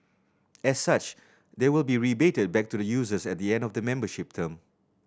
as such they will be rebated back to the users at the end of the membership term